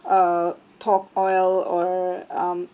uh pork oil or um